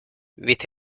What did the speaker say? with